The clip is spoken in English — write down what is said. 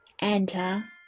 Enter